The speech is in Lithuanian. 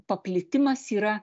paplitimas yra